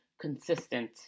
consistent